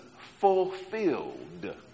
fulfilled